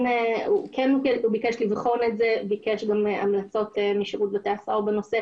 הוא ביקש לבחון את זה וביקש גם המלצות משב"ס בנושא.